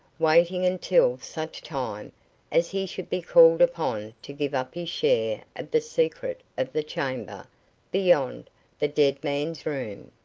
waiting until such time as he should be called upon to give up his share of the secret of the chamber beyond the dead man's room.